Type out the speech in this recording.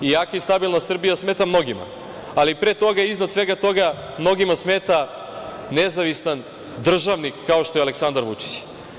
Jaka i stabilna Srbija smeta mnogima, ali pre toga i iznad svega toga, mnogima smeta nezavistan državnik kao što je Aleksandar Vučić.